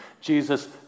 Jesus